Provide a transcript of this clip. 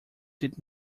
did